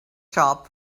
shop